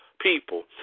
People